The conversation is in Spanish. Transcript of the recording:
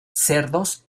cerdos